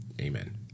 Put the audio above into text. Amen